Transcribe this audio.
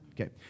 Okay